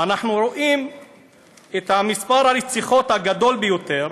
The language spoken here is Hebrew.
אנחנו רואים שמספר הרציחות הגדול ביותר